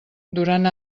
durant